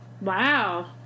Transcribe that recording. Wow